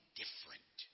different